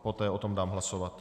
Poté o tom dám hlasovat.